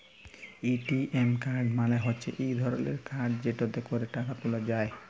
ATM card মালে হচ্যে ইক ধরলের কাড় যেটতে ক্যরে টাকা ত্যুলা যায়